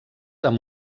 amb